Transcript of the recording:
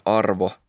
arvo